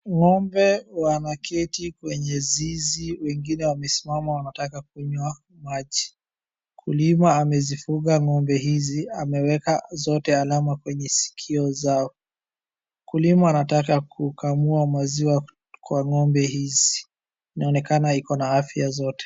Ng'ombe wanaketi kwenye zizi wengine wamesimama wanataka kunywa maji mkulima amezifuga ng'ombe hizi ameweka zote alama kwenye sikio zao mkulima anataka kukamua maziwa kwa ng'ombe hizi ,inaonekana ikona afya zote